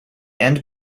end